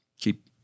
keep